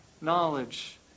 knowledge